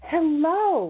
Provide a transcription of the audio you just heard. Hello